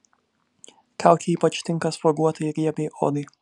kaukė ypač tinka spuoguotai riebiai odai